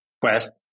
quest